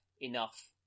enough